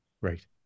Right